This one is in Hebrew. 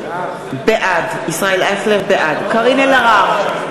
בעד קארין אלהרר,